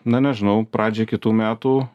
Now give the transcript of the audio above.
na nežinau pradžiai kitų metų